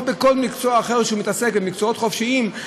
או בכל מקצוע אחר שהוא עוסק בו מהמקצועות חופשיים,